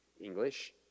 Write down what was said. english